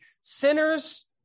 Sinners